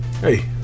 Hey